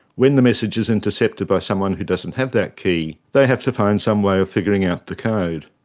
when the message is intercepted by someone who doesn't have that key, they have to find some way of figuring out the code.